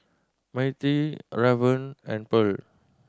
Mattie Raven and Pearl